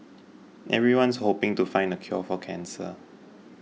everyone's hoping to find the cure for cancer